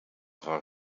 van